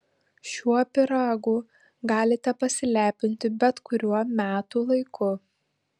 šiuo pyragu galite pasilepinti bet kuriuo metų laiku